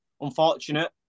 unfortunate